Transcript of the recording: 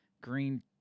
green